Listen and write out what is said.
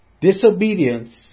Disobedience